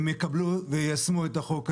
הן יקבלו ויישמו את החוק הזה.